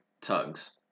tugs